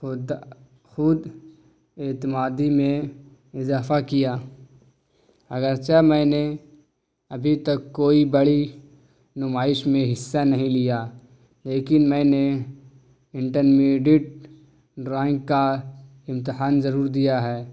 خود خود اعتمادی میں اضافہ کیا اگرچہ میں نے ابھی تک کوئی بڑی نمائش میں حصہ نہیں لیا لیکن میں نے انٹرمیڈیٹ ڈرائنگ کا امتحان ضرور دیا ہے